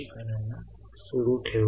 खूप खूप धन्यवाद